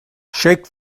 shake